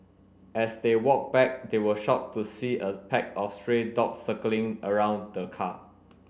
as they walked back they were shocked to see a pack of stray dogs circling around the car